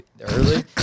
early